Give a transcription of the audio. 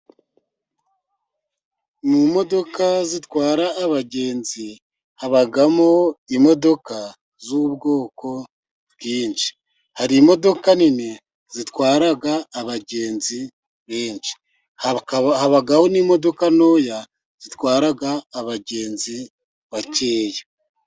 Imodoka zitwara abagenzi habamo imodoka z'ubwoko bwinshi, hari imodoka nini zitwara abagenzi benshi, habaho n'imodoka ntoya zitwara abagenzi bakeya.